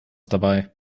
dabei